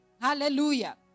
Hallelujah